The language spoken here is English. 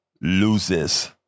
loses